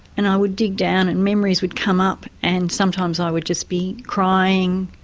and i would dig down and memories would come up and sometimes i would just be crying.